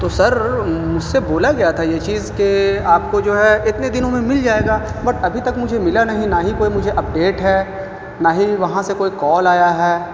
تو سر مجھ سے بولا گیا تھا یہ چیز کہ آپ کو جو ہے اتنے دنوں میں مل جائے گا بٹ ابھی تک مجھے ملا نہیں نہ ہی کوئی مجھے اپڈیٹ ہے نہ ہی وہاں سے کوئی کال آیا ہے